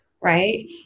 right